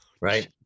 Right